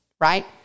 right